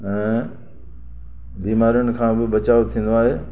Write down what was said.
ऐं बीमारियुनि खां बि बचाउ थींदो आहे